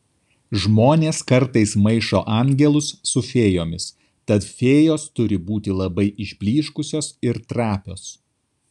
žmonės kartais maišo angelus su fėjomis tad fėjos turi būti labai išblyškusios ir trapios